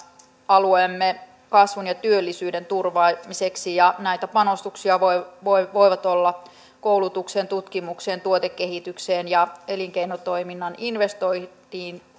alueemme kasvun ja työllisyyden turvaamiseksi ja näitä panostuksia voivat voivat olla koulutukseen tutkimukseen tuotekehitykseen elinkeinotoiminnan investointeihin